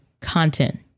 content